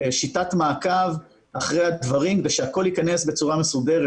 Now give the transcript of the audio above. שיטת מעקב אחרי הדברים ושהכול ייכנס בצורה מסודרת